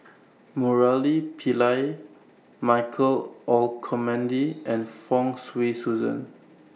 Murali Pillai Michael Olcomendy and Fong Swee Suan